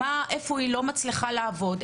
איפה היא לא מצליחה לעבוד,